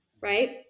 Right